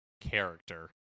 character